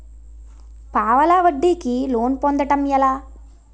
పావలా వడ్డీ కి లోన్ పొందటం ఎలా?